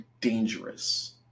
dangerous